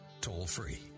toll-free